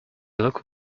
looked